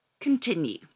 Continue